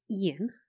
Ian